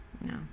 No